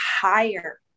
higher